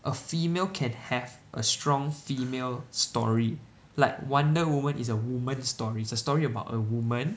a female can have a strong female story like Wonder Woman is a woman's story it's a story about a woman